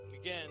Again